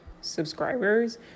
subscribers